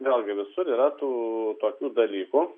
vėlgi visur yra tų tokių dalykų